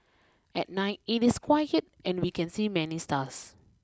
at night it is quiet and we can see many stars